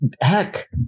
heck